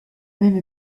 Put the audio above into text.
même